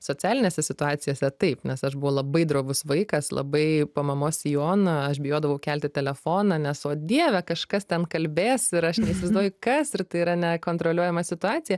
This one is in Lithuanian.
socialinėse situacijose taip nes aš buvo labai drovus vaikas labai po mamos sijoną aš bijodavau kelti telefoną nes o dieve kažkas ten kalbės ir aš neįsivaizduoju kas ir tai yra nekontroliuojama situacija